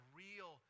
real